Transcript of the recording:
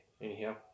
anyhow